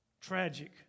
tragic